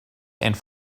and